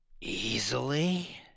Easily